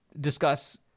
discuss